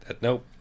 Nope